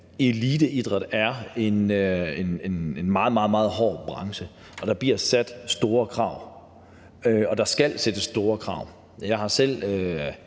eliteidræt er en meget, meget, meget hård branche, og der bliver stillet store krav, og der skal stilles store krav. Jeg har selv